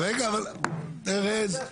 ארז,